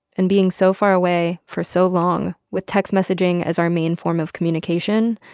and being so far away for so long with text messaging as our main form of communication,